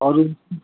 अरू